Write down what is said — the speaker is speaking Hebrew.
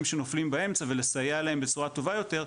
שנופלים באמצע ולסייע להם בצורה טובה יותר,